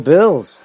Bills